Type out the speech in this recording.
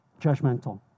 judgmental